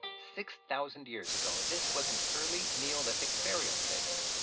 six thousand years ago, this was an early neolithic burial place.